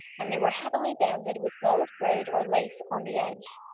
and they were heavily banded with gold braid or lace on the edge.